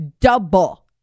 double